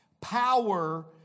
power